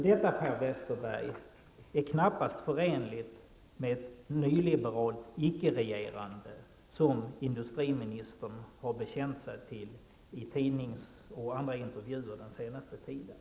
Detta, Per Westerberg, är knappast förenligt med ett nyliberalt icke-regerande som industriministern har bekänt sig till i tidnings och andra intervjuer den senaste tiden.